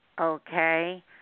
Okay